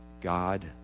God